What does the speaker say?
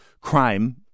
crime